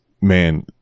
man